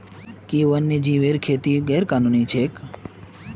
कि वन्यजीवेर खेती गैर कानूनी छेक?